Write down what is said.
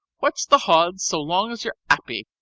wot's the hodds so long as you're appy?